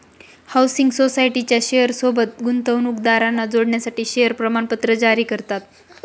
housing सोसायटीच्या share सोबत गुंतवणूकदारांना जोडण्यासाठी शेअर प्रमाणपत्र जारी करतात